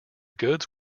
goods